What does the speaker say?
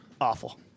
awful